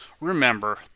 Remember